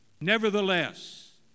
Nevertheless